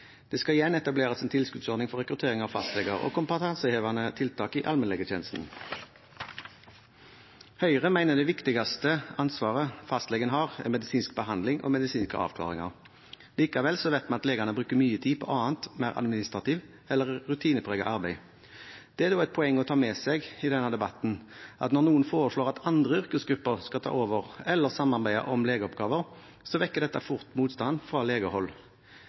Det skal igjen etableres en tilskuddsordning for rekruttering av fastleger og kompenserende tiltak i allmennlegetjenesten. Høyre mener det viktigste ansvaret fastlegen har, er medisinsk behandling og medisinske avklaringer. Likevel vet vi at legene bruker mye tid på annet mer administrativt eller rutinepreget arbeid. Det er det et poeng å ta med seg i denne debatten, at når noen foreslår at andre yrkesgrupper skal ta over eller samarbeide om legeoppgaver, vekker dette fort motstand fra legehold.